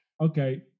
okay